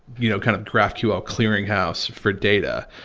you know, kind of graphql clearing house for data?